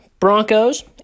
Broncos